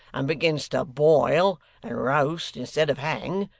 and begins to boil and roast instead of hang,